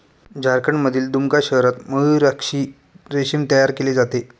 झारखंडमधील दुमका शहरात मयूराक्षी रेशीम तयार केले जाते